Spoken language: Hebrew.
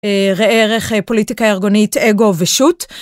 ראה ערך פוליטיקה ארגונית, אגו ושוט.